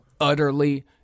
utterly